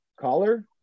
Caller